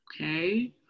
Okay